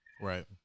right